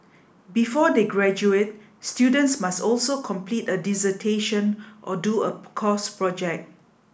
before they graduate students must also complete a dissertation or do a course project